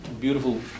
beautiful